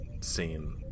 scene